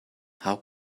how